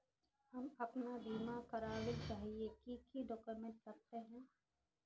हम अपन बीमा करावेल चाहिए की की डक्यूमेंट्स लगते है?